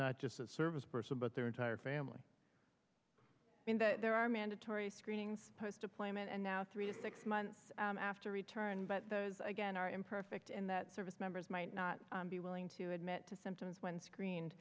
not just a service person but their entire family in that there are mandatory screenings post deployment and now three to six months after return but those again are imperfect and that service members might not be willing to admit to symptoms when screened